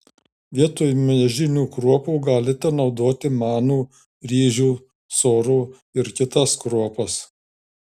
vietoj miežinių kruopų galite naudoti manų ryžių sorų ir kitas kruopas